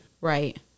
right